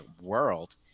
world